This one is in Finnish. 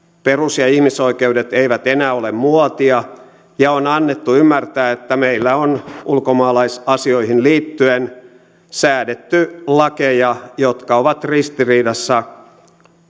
perus ja ihmisoikeudet eivät enää ole muotia ja on annettu ymmärtää että meillä on ulkomaalaisasioihin liittyen säädetty lakeja jotka ovat ristiriidassa